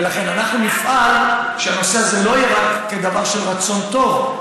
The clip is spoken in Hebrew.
ולכן אנחנו נפעל שהנושא הזה לא יהיה רק כדבר של רצון טוב,